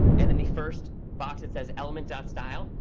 and in the first box it says, element ah style.